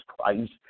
Christ